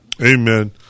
Amen